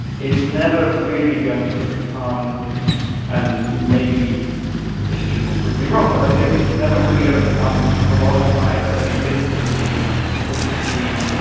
it's never really going to become and maybe history will prove me wrong. but i think it's never really going to become commodified. i don't think it can be completely